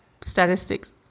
statistics